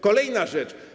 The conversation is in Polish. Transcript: Kolejna rzecz.